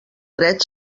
dret